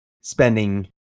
spending